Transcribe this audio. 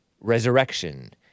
Resurrection